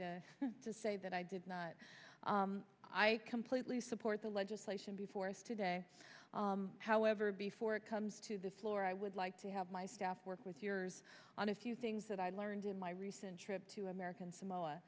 the to say that i did not i completely support the legislation before us today however before it comes to the floor i would like to have my staff work with yours on a few things that i learned in my recent trip to american s